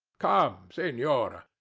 come, senora!